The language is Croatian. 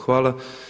Hvala.